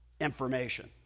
information